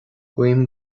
guím